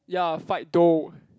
ya fight dough